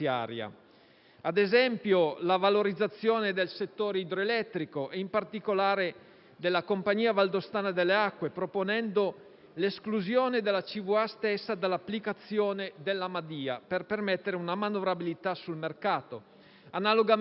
ad esempio, alla valorizzazione del settore idroelettrico e, in particolare, della Compagnia valdostana delle acque (CVA), proponendo l'esclusione di quest'ultima dall'applicazione della cosiddetta legge Madia, per permettere una manovrabilità sul mercato.